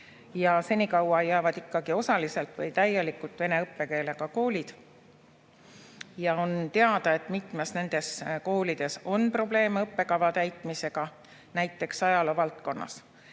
Senikaua jäävad ikkagi osaliselt või täielikult ka vene õppekeelega koolid. Ja on teada, et mitmes nendest koolidest on probleeme õppekava täitmisega, näiteks ajaloo valdkonnas.